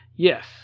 Yes